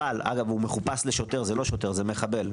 הוא מחופש לשוטר - זה מחבל.